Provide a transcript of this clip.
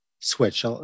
switch